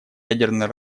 ядерное